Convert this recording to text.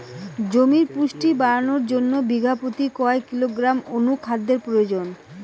জমির পুষ্টি বাড়ানোর জন্য বিঘা প্রতি কয় কিলোগ্রাম অণু খাদ্যের প্রয়োজন?